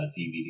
DVD